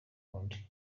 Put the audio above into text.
kundi